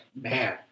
man